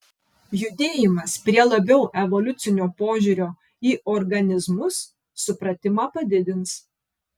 judėjimas prie labiau evoliucinio požiūrio į organizmus supratimą padidins